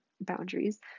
boundaries